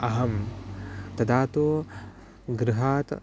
अहं तदा तु गृहात्